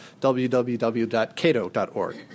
www.cato.org